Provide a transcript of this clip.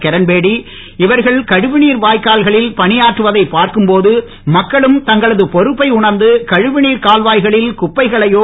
கிரண்பேடி இவர்கள் கழிவுநீர் வாய்க்கால்களில் பணியாற்றுவதை பார்க்கும் போது மக்களும் தங்களது பொறுப்பை உணர்ந்து கழிவுநீர் கால்வாய்களில் குப்பைகளையோ